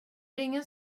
ingen